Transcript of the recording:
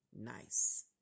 nice